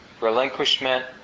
relinquishment